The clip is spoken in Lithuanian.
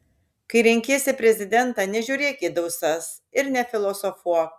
kai renkiesi prezidentą nežiūrėk į dausas ir nefilosofuok